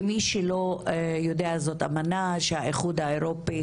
למי שלא יודע, זאת אמנה שהאיחוד האירופי